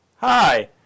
Hi